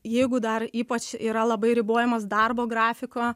jeigu dar ypač yra labai ribojamas darbo grafiko